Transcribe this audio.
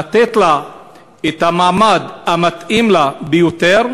לתת לה את המעמד המתאים לה ביותר,